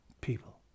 people